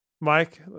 Mike